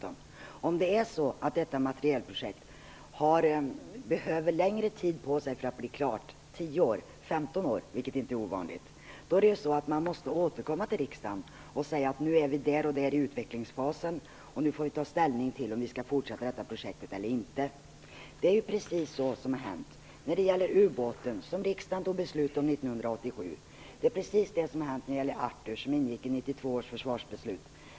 Om materielprojektet behöver längre tid på sig för att bli klart - 10 eller 15 år, vilket inte är ovanligt - måste man återkomma till riksdagen och berätta var man är i utvecklingsfasen. Riksdagen får ta ställning till om projektet skall fortsätta eller inte. Det är precis det som har hänt när det gäller den ubåt som riksdagen fattade beslut om 1987. Det är precis det som har hänt när det gäller ARTHUR, som ingick i 1992 års försvarsbeslut.